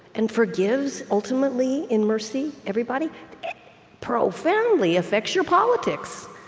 and forgives, ultimately, in mercy, everybody, it profoundly affects your politics.